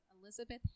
Elizabeth